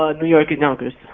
ah new york in yonkers.